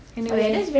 anyway